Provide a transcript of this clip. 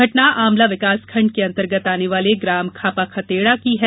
घटना आमला विकासखंड के अंतर्गत आने वाले ग्राम खापा खतेड़ा की है